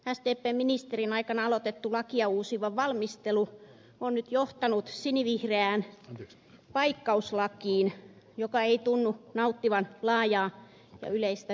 sdpn ministerin aikana aloitettu lakia uusiva valmistelu on nyt johtanut sinivihreään paikkauslakiin joka ei tunnu nauttivan laajaa eikä yleistä hyväksyntää